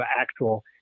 actual